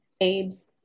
AIDS